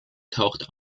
taucht